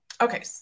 Okay